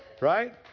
right